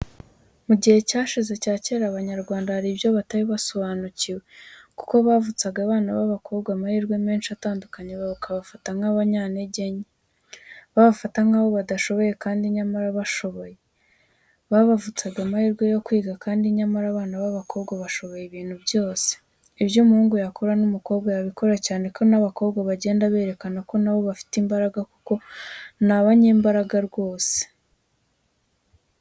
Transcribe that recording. Mu gihe cyashize cya kera Abanyarwanda hari ibyo batari basobanukiwe, kuko bavutsaga abana b'abakobwa amahirwe menshi atandukanye babafata nk'abanyanteke nke, babafata nkaho badashoboye kandi nyamara bashoboye. Babavutsaga amahirwe yo kwiga kandi nyamara abana b'abakobwa bashoboye ibintu byose, ibyo umuhungu yakora n'umukobwa yabikora cyane ko abakobwa bagenda berekana ko na bo bafite imbaraga kuko ni abanyembaraga rwose.